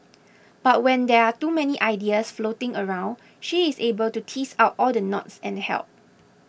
but when there are too many ideas floating around she is able to tease out all the knots and help